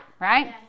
right